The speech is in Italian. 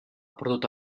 prodotto